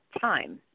time